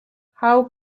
how